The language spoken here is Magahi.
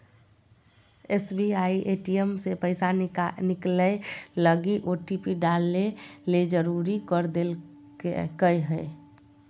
एस.बी.आई ए.टी.एम से पैसा निकलैय लगी ओटिपी डाले ले जरुरी कर देल कय हें